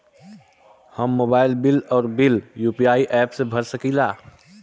हम mobile bill और bill UPI app से भर सकिला